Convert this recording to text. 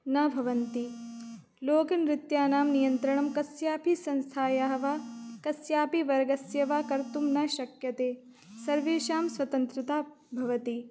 न भवन्ति लोकनृत्यानां नियन्त्रणं कस्यापि संस्थायाः वा कस्यापि वर्गस्य वा कर्तुं न शक्यते सर्वेषां स्वतन्त्रता भवति